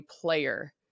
player